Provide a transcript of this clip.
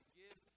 give